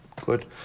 good